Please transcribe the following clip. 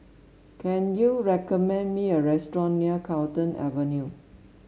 can you recommend me a restaurant near Carlton Avenue